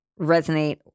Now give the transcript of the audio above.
resonate